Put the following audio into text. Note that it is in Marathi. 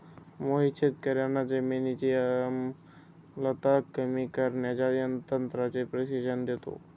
मोहित शेतकर्यांना जमिनीची आम्लता कमी करण्याच्या तंत्राचे प्रशिक्षण देतो